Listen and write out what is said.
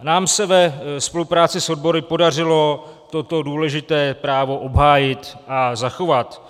Nám se ve spolupráci s odbory podařilo toto důležité právo obhájit a zachovat.